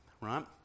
right